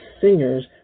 singers